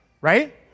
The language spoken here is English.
Right